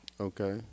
Okay